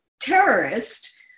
terrorist